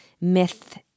myth